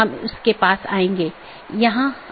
यह कनेक्टिविटी का तरीका है